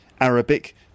Arabic